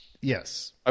Yes